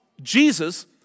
Jesus